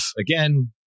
again